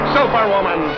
Superwoman